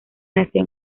nació